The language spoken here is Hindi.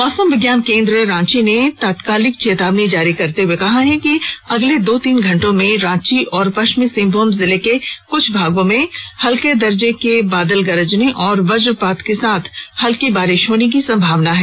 मौसम विज्ञान केन्द्र रांची ने तात्कालीक चेतावनी जारी करते हुए कहा है कि अगले दो तीन घंटे में रांची और पश्चिमी सिंहभूम जिले के कुछ भागों में हल्के दर्जे की मेघ गर्जन और वजपात के साथ हल्की वर्षा होने की संभावना है